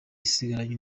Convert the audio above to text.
isigaranye